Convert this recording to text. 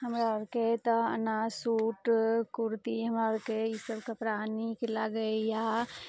हमरा अरके तऽ अनार सूट कुरती हमरा अरके इसभ कपड़ा नीक लागैए